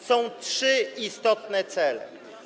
Są trzy istotne cele.